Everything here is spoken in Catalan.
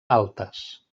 altes